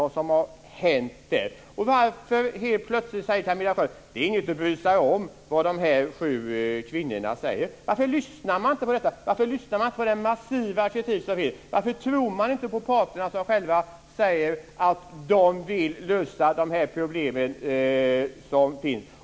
Varför säger då Camilla Sköld Jansson helt plötsligt: Vad de här sju kvinnorna säger är inget att bry sig om. Varför lyssnar hon inte på den massiva kritik som framförs, och varför tror hon inte på parterna som själva säger att de vill lösa de problem som finns?